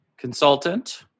consultant